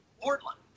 Portland